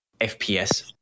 FPS